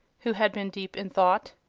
who had been deep in thought.